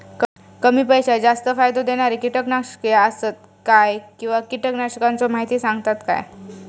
कमी पैशात जास्त फायदो दिणारी किटकनाशके आसत काय किंवा कीटकनाशकाचो माहिती सांगतात काय?